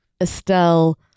Estelle